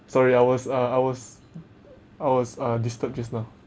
sorry I was uh I was I was uh disturbed just now